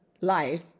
life